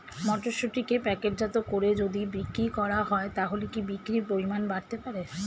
মটরশুটিকে প্যাকেটজাত করে যদি বিক্রি করা হয় তাহলে কি বিক্রি পরিমাণ বাড়তে পারে?